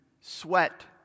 sweat